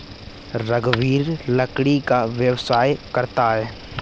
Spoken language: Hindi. रघुवीर लकड़ी का व्यवसाय करता है